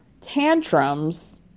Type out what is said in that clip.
tantrums